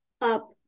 up